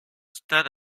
stade